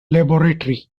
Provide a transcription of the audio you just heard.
laboratory